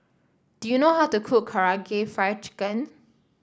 do you know how to cook Karaage Fried Chicken